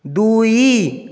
ଦୁଇ